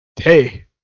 Hey